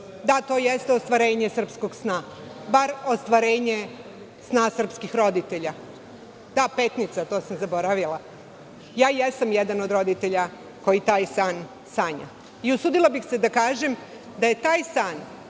Da, to jeste ostvarenje srpskog sna, bar ostvarenje nas srpskih roditelja, da ta Petnica, to sam zaboravila. Jesam jedan od roditelja koji taj san sanja i usudila bih se da kažem da je taj san